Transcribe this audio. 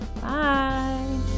Bye